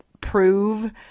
prove